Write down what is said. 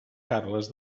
carles